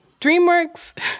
DreamWorks